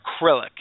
acrylic